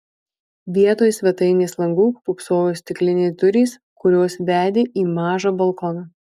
vietoj svetainės langų pūpsojo stiklinės durys kurios vedė į mažą balkoną